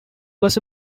was